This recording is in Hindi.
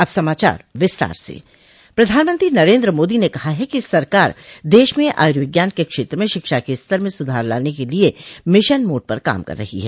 अब समाचार विस्तार से प्रधानमंत्री नरेन्द्र मोदी ने कहा है कि सरकार देश में आयुर्विज्ञान के क्षेत्र में शिक्षा के स्तर में सुधार लाने के लिये मिशन मोड पर काम कर रही है